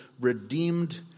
redeemed